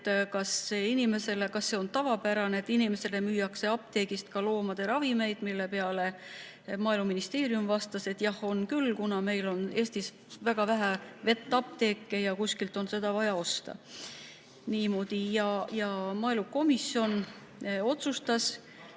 kas see on tavapärane, et inimestele müüakse apteegist ka loomade ravimeid. Selle peale Maaeluministeerium vastas, et jah, on küll, kuna meil on Eestis väga vähe vetapteeke ja kuskilt on vaja neid osta. Niimoodi. Maaelukomisjon otsustas